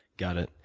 got it.